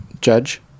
Judge